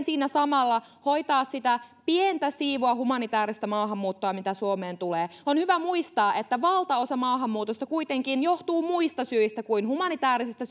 siinä samalla hoitaa sitä pientä siivua humanitääristä maahanmuuttoa mitä suomeen tulee on hyvä muistaa että valtaosa maahanmuutosta kuitenkin johtuu muista syistä kuin humanitäärisistä